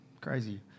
crazy